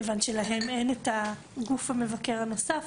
כיוון שלהם אין את הגוף המבקר הנוסף,